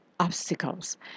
obstacles